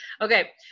okay